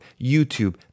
YouTube